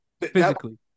Physically